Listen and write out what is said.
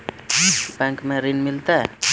Bank में ऋण मिलते?